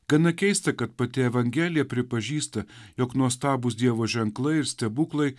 gana keista kad pati evangelija pripažįsta jog nuostabūs dievo ženklai ir stebuklai